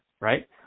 right